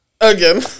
Again